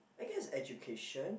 I guess education